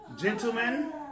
Gentlemen